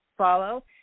follow